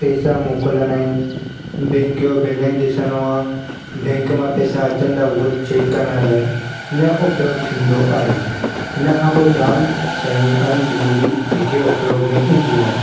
पैसा मोकिलिणा आहिनि बैंक जो बैलेंस ॾिसिणो आहे बैंक मां पैसा अचनि था उहा चेक करण लाइ हिन जो उपयोगु थींदो आहे इन खां पोइ जाम शयूं आहिनि ॿियूं बि जेके उपयोग में ईंदियूं आहिनि